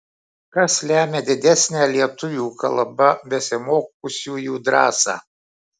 kas lemią didesnę lietuvių kalba besimokiusiųjų drąsą